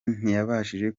ntiyabashije